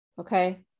okay